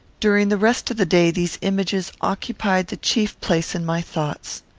during the rest of the day these images occupied the chief place in my thoughts.